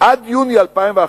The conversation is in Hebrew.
עד יוני 2011,